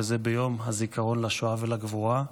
וזה ביום הזיכרון לשואה ולגבורה,